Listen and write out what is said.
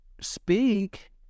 speak